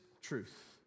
truth